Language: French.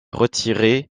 retirés